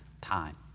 time